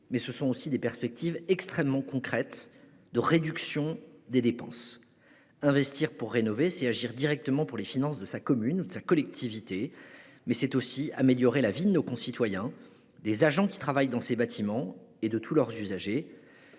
mais elle ouvre des perspectives extrêmement concrètes de réduction des dépenses. Investir pour rénover, c'est agir directement pour les finances de sa commune et de sa collectivité. Mais c'est aussi améliorer la vie de nos concitoyens, des agents qui travaillent dans ces bâtiments et de tous leurs usagers.